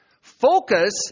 Focus